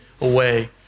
away